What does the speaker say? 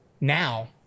now